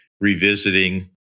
revisiting